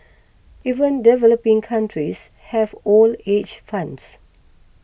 even developing countries have old age funds